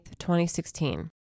2016